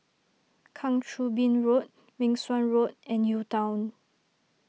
Kang Choo Bin Road Meng Suan Road and UTown